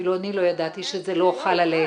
אפילו אני לא ידעתי שזה לא חל עליהם.